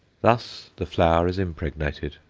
thus the flower is impregnated.